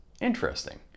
interesting